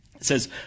says